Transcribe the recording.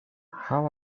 how